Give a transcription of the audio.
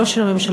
לא של הממשלה,